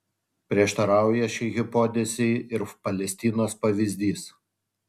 prieštarauja šiai hipotezei ir palestinos pavyzdys